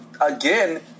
again